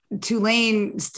Tulane